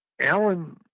Alan